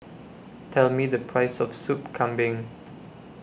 Tell Me The Price of Sup Kambing